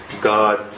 God